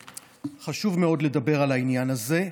חשוב מאוד לדבר על העניין הזה.